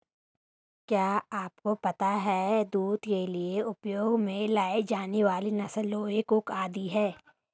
क्या आपको पता है दूध के लिए उपयोग में लाई जाने वाली नस्ल लोही, कूका आदि है?